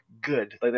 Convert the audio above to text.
good